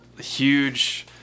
huge